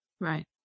Right